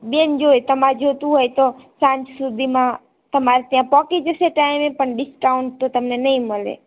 બેન જો એ તમારે જોઈતું હોય તો સાંજ સુધીમાં તમારે ત્યા પહોંચી જશે ટાઇમે પણ ડિસ્કાઉન્ટ તો તમને નહીં મળે